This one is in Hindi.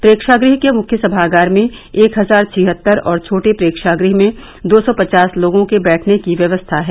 प्रेक्षागृह के मुख्य सभागार में एक हजार छिहत्तर और छोटे प्रेक्षागृह में दो सौ पचास लोगों के बैठने की व्यवस्था है